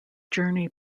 journey